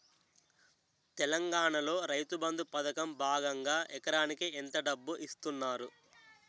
తెలంగాణలో రైతుబంధు పథకం భాగంగా ఎకరానికి ఎంత డబ్బు ఇస్తున్నారు?